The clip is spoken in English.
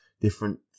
different